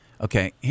Okay